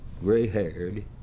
gray-haired